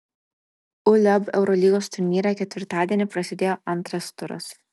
uleb eurolygos turnyre ketvirtadienį prasidėjo antras turas